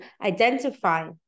identify